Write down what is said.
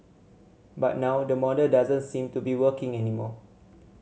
but now that model doesn't seem to be working anymore